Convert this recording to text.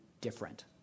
different